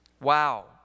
Wow